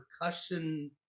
percussion